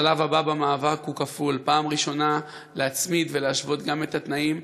השלב הבא במאבק הוא כפול: להצמיד ולהשוות גם את התנאים,